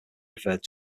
referred